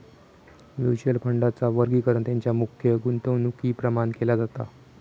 mutual फंडांचा वर्गीकरण तेंच्या मुख्य गुंतवणुकीप्रमाण केला जाता